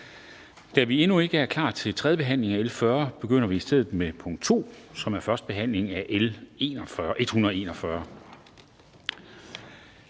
Da vi endnu ikke er klar til tredjebehandlingen af L 140, begynder vi i stedet med punkt 2, som er første behandling af L 141.